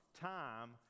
time